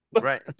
right